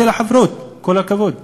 רק לפני חודש נלחמנו,